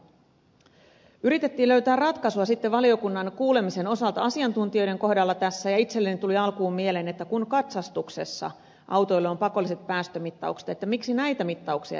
yritettiin sitten löytää ratkaisua valiokunnan asiantuntijakuulemisessa ja itselleni tuli alkuun mieleen että kun katsastuksessa autoille on pakolliset päästömittaukset miksi näitä mittauksia ei hyödynnetä